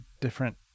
different